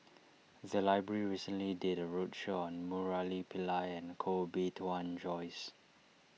the library recently did a roadshow on Murali Pillai and Koh Bee Tuan Joyce